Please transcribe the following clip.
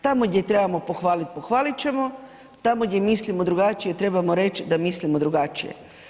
Tamo gdje trebamo pohvalit, pohvalit ćemo, tamo gdje mislimo drugačije trebamo reć da mislimo drugačije.